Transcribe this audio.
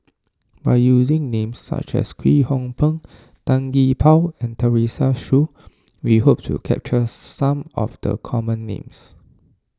by using names such as Kwek Hong Png Tan Gee Paw and Teresa Hsu we hope to capture some of the common names